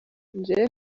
jewe